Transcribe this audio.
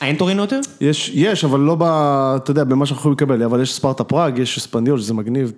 הא אין טורינו יותר? יש, יש, אבל לא ב...אתה יודע במה שאנחנו יכולים לקבל, אבל יש ספרטה פראג, יש אספניול, שזה מגניב.